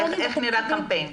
איך נראה קמפיין?